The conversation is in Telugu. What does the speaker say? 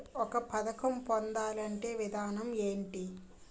ఒక పథకం పొందాలంటే విధానం ఏంటి?